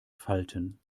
falten